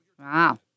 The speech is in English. Wow